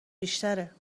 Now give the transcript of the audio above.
بیشتره